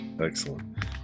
Excellent